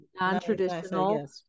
Non-traditional